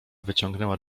wyciągnęła